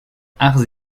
arts